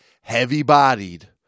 heavy-bodied